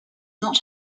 not